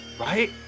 Right